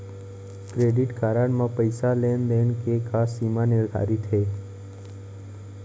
Credit card म पइसा लेन देन के का सीमा निर्धारित हे?